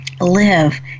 live